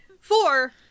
four